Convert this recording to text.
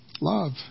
love